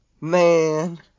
man